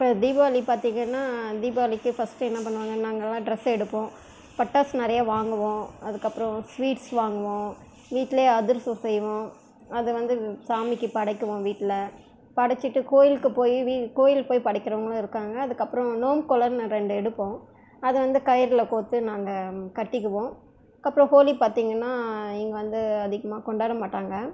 இப்போ தீபாவளி பார்த்திங்கன்னா தீபாவளிக்கு ஃபஸ்ட்டு என்ன பண்ணுவாங்க நாங்கெல்லாம் ட்ரஸ் எடுப்போம் பட்டாசு நிறைய வாங்குவோம் அதுக்கப்புறம் ஸ்வீட்ஸ் வாங்குவோம் வீட்லேயே அதிரசம் செய்வோம் அது வந்து சாமிக்கு படைக்குவோம் வீட்டில் படைச்சிட்டு கோவிலுக்கு போய் கோவிலுக்கு போய் படைக்கிறவங்களும் இருக்காங்க அதுக்கப்பறம் நோன்பு கொலன்னு ரெண்டு எடுப்போம் அது வந்து கயிறில் கோர்த்து நாங்கள் கட்டிக்குவோம் அதுக்கப்புறம் ஹோலி பார்த்திங்கன்னா இங்கே வந்து அதிகமாக கொண்டாட மாட்டாங்க